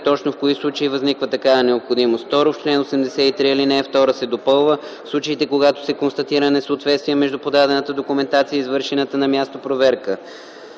точно в кои случаи възниква такава необходимост. 2. В чл. 83, ал. 2 се допълва: „в случаите, когато се констатира несъответствие между подадената документация и извършената на място проверка”.